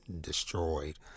destroyed